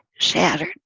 shattered